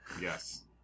Yes